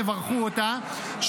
תברכו אותה,